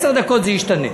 עשר דקות וזה ישתנה.